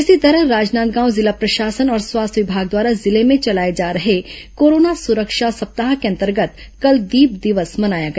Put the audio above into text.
इसी तरह राजनांदगांव जिला प्रशासन और स्वास्थ्य विभाग द्वारा जिले में चलाए जा रहे कोरोना सुरक्षा सप्ताह के अंतर्गत कल दीप दिवस मनाया गया